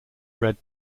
red